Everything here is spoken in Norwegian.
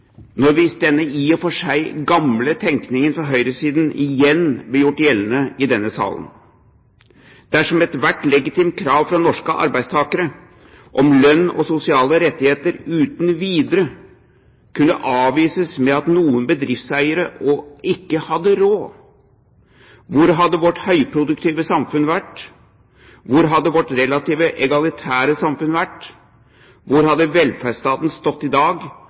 i og for seg gamle tenkningen på høyresiden igjen hadde blitt gjort gjeldende i denne salen? Dersom ethvert legitimt krav fra norske arbeidstakere om lønn og sosiale rettigheter uten videre kunne avvises med at noen bedriftseiere ikke hadde råd, hvor hadde vårt høyproduktive samfunn vært? Hvor hadde vårt relativt egalitære samfunn vært? Hvor hadde velferdsstaten stått i dag